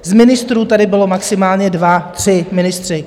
Z ministrů tady byli maximálně dva, tři ministři.